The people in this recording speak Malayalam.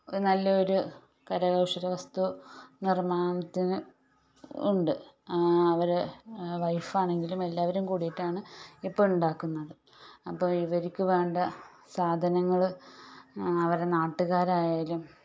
നല്ലൊരു കരകൗശല വസ്തു നിർമ്മാണത്തിന് ഉണ്ട് അവരെ വൈഫാണെങ്കിലും എല്ലാവരും കൂടിയിട്ടാണ് ഇപ്പോൾ ഉണ്ടാക്കുന്നത് അപ്പോൾ ഇവർക്ക് വേണ്ട സാധനങ്ങൾ അവരെ നാട്ടുകാരായാലും